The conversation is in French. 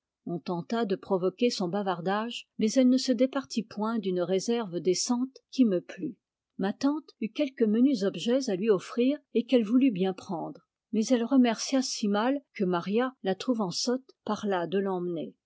on tenta de provoquer son bavardage mais elle ne se départit point d'une réserve décente qui me plut ma tante eut quelques menus objets à lui offrir et qu'elle voulut bien prendre mais elle remercia si mal que maria la trouvant sotte parla de l'emmener